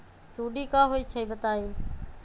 सुडी क होई छई बताई?